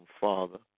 Father